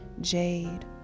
jade